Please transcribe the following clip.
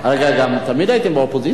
כן, אבל עכשיו אנחנו, התקרבתם לשולחן.